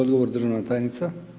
Odgovor državna tajnica.